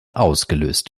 ausgelöst